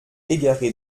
égaré